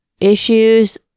issues